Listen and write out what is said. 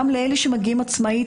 גם לאלה שמגיעים עצמאית,